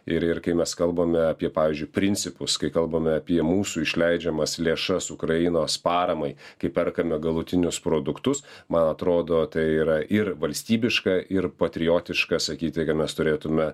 ir ir kai mes kalbame apie pavyzdžiui principus kai kalbame apie mūsų išleidžiamas lėšas ukrainos paramai kai perkame galutinius produktus man atrodo tai yra ir valstybiška ir patriotiška sakyti kad mes turėtume